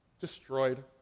destroyed